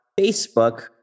Facebook